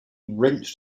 wrenched